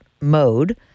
mode